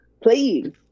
Please